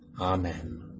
Amen